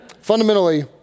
Fundamentally